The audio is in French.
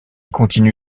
continue